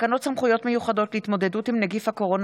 תקנות סמכויות מיוחדות להתמודדות עם נגיף הקורונה